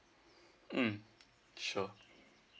mm sure